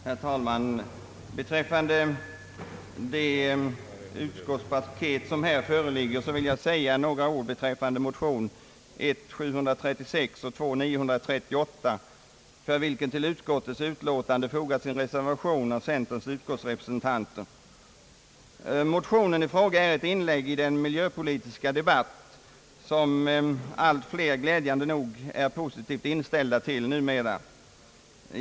Herr talman! Beträffande det utskottspaket som här föreligger vill jag säga några ord om motionerna I: 736 och II: 938, för vilka till utskottets utlåtande fogats en reservation av centerns utskottsrepresentanter. Motionerna i fråga är ett inlägg i den miljöpolitiska debatt som allt fler glädjande nog är positivt inställda till.